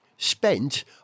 spent